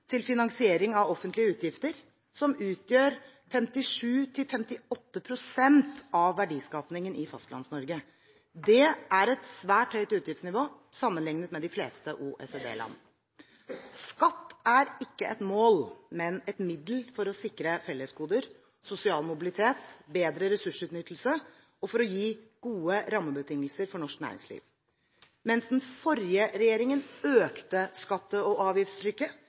til finansiering av offentlige utgifter, som utgjør 57–58 pst. av verdiskapingen i Fastlands-Norge. Det er et svært høyt utgiftsnivå sammenlignet med de fleste OECD-land. Skatt er ikke et mål, men et middel for å sikre fellesgoder, sosial mobilitet og bedre ressursutnyttelse og for å gi gode rammebetingelser for norsk næringsliv. Mens den forrige regjeringen økte skatte- og avgiftstrykket,